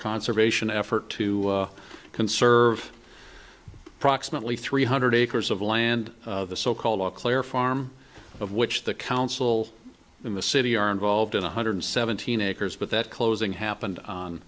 conservation effort to conserve approximately three hundred acres of land the so called all clear farm of which the council in the city are involved in one hundred seventeen acres but that closing happened on